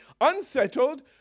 unsettled